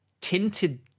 tinted